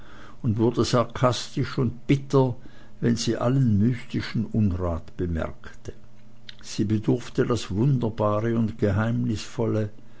und wurde sarkastisch und bitter wenn sie allzu mystischen unrat merkte sie bedurfte das wunderbare und geheimnisvolle